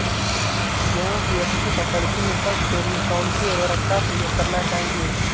गेहूँ की अच्छी फसल की उपज के लिए कौनसी उर्वरक का प्रयोग करना चाहिए?